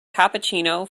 cappuccino